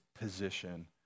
position